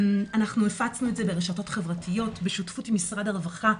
אנחנו הפצנו את זה ברשתות החברתיות בשותפות עם משרד הרווחה,